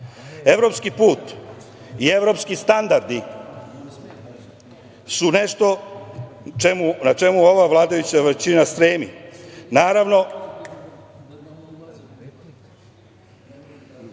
pitanju. Evropski put i evropski standardi su nešto na čemu ova vladajuća većina stremi, naravno,